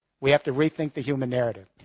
we have to rethink the human narrative.